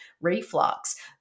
reflux